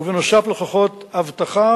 ובנוסף לכך עוד אבטחה.